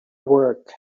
work